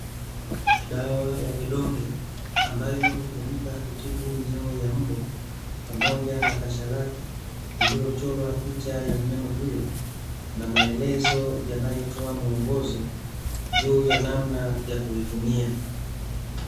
Dawa ya vidonge ambayo hutumika kutibu minyoo ya mbwa, pamoja na kasha lake, lililochorwa picha ya mnyama huyo na maelezo yanayotoa muongozo, juu ya namna ya kuitumia.